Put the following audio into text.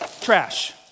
trash